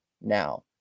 now